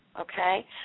okay